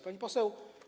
Pani Poseł!